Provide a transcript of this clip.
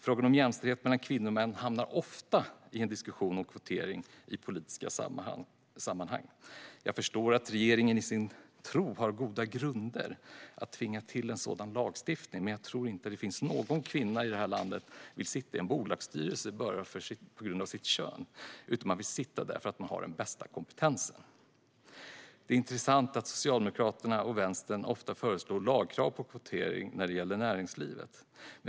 Frågan om jämställdhet mellan kvinnor och män hamnar ofta i en diskussion om kvotering i politiska sammanhang. Jag förstår att regeringen i sin tro har goda grunder att tvinga fram en sådan lagstiftning. Men jag tror inte att någon kvinna i det här landet vill sitta i en bolagsstyrelse bara på grund av sitt kön, utan man vill sitta där för att man har den bästa kompetensen. Det är intressant att Socialdemokraterna och Vänstern ofta föreslår lagkrav på kvotering när det gäller näringslivet.